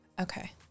Okay